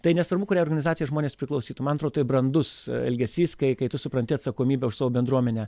tai nesvarbu kuriai organizacijai žmonės priklausytų man atrodo tai brandus elgesys kai kai tu supranti atsakomybę už savo bendruomenę